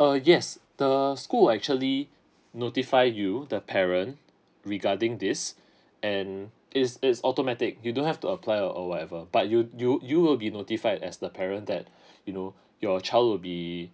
uh yes the will school actually notify you the parent regarding this and it's it's automatic you don't have to apply or or whatever but you you you will be notified as the parent that you know your child will be